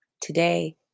Today